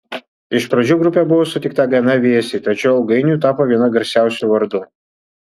iš pradžių grupė buvo sutikta gana vėsiai tačiau ilgainiui tapo vienu garsiausių vardų